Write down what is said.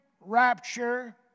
rapture